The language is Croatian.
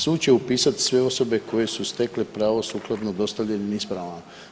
Sud će upisati sve osobe koje su stekle pravo sukladno dostavljenim ispravama.